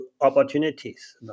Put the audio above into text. opportunities